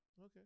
Okay